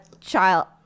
child